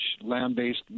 land-based